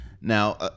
now